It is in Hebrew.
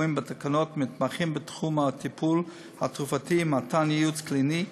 הקבועים בתקנות ומתמחים בתחום הטיפול התרופתי ומתן ייעוץ קליני.